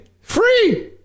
Free